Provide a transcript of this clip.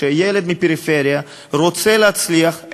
כשילד מהפריפריה רוצה להצליח,